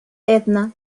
edna